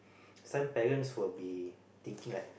some parents will be thinking like